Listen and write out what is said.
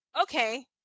okay